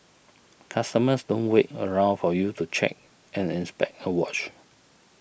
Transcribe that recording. customers don't wait around for you to check and inspect a watch